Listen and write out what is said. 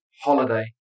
holiday